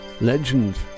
legend